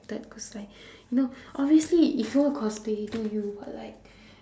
~ted cause like you know obviously if you want to cosplay you do you but like